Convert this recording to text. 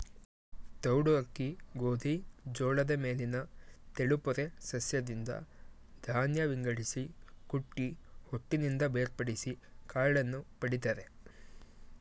ತೌಡು ಅಕ್ಕಿ ಗೋಧಿ ಜೋಳದ ಮೇಲಿನ ತೆಳುಪೊರೆ ಸಸ್ಯದಿಂದ ಧಾನ್ಯ ವಿಂಗಡಿಸಿ ಕುಟ್ಟಿ ಹೊಟ್ಟಿನಿಂದ ಬೇರ್ಪಡಿಸಿ ಕಾಳನ್ನು ಪಡಿತರೆ